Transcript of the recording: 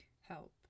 help